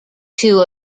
two